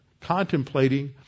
contemplating